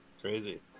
Crazy